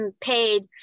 paid